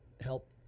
help